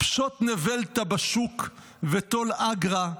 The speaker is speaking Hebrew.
"פשוט נבלתא בשוק וטול אגרא,